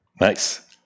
nice